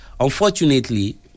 Unfortunately